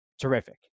terrific